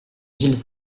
gilles